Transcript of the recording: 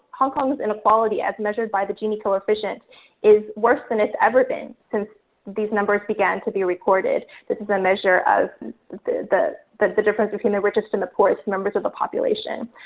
hong kong's inequality as measured by the gini coefficient is worse than it's ever been, since these numbers began to be recorded. this is a measure of the the but the difference between the richest and of course, members of the population.